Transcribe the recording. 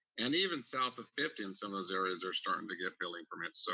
and even south of fifty and some of those areas are starting to get building permits. so